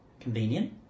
Convenient